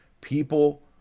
People